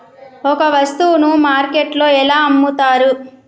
ఒక వస్తువును మార్కెట్లో ఎలా అమ్ముతరు?